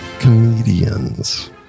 comedians